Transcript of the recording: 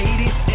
80s